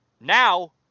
Now